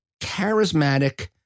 charismatic